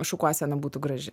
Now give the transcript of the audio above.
šukuosena būtų graži